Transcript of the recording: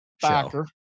backer